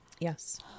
yes